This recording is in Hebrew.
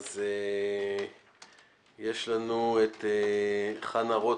יש לנו את חנה רותם,